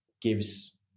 gives